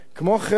כמו כן,